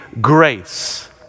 grace